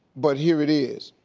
but here it is.